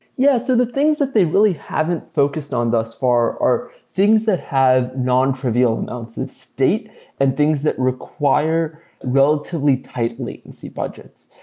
yeah. so the things that they really haven't focused on thus far are things that have nontrivial amounts of state and things that require relatively tight latency budgets.